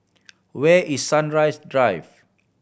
where is Sunrise Drive